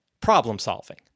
problem-solving